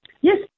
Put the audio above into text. Yes